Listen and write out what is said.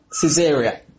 Caesarea